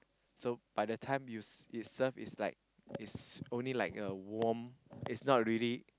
so by the time you it's served it's like it's only like a warm it's not really